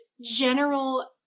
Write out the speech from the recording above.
general